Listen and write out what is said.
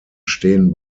stehen